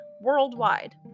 worldwide